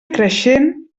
creixent